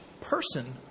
person